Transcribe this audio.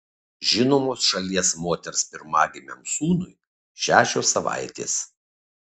žinomos šalies moters pirmagimiui sūnui šešios savaitės